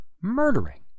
murdering